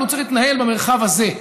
אבל הוא צריך להתנהל במרחב הזה,